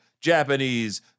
Japanese